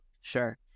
Sure